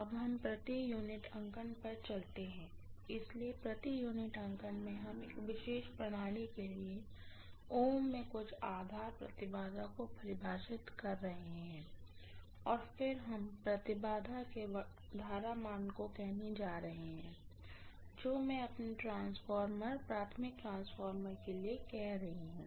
अब हम प्रति यूनिट अंकन पर चलते हैं इसलिए प्रति यूनिट अंकन में हम एक विशेष प्रणाली के लिए ओम में कुछ आधार इम्पीडेन्स को परिभाषित कर रहे हैं और फिर हम इम्पीडेन्स के वर्तमान मान को कहने जा रहे हैं जो मैं अपने ट्रांसफार्मर प्राइमरीट्रांसफार्मर के लिए कर रही हूँ